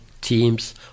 teams